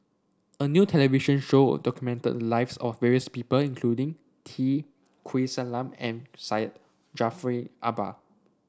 a new television show documented the lives of various people including T Kulasekaram and Syed Jaafar Albar